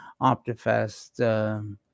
Optifast